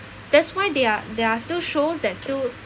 that's why they are they are still shows that still